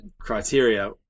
criteria